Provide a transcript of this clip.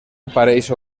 apareix